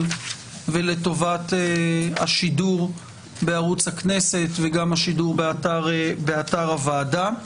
ולטובת השידור בערוץ הכנסת וגם השידור באתר הוועדה.